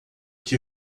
que